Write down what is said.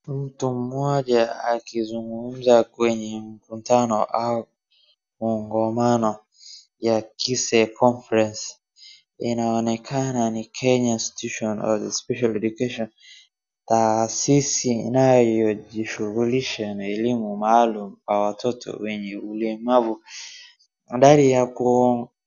Mtu mmoja akizungumza kwenye mkutano au kongamano ya kise conference inaonekana ni Kenya institution of special education taasisi inayojishughulisha na elimu maalum kwa watoto wenye ulemavu, mandhari ya ku.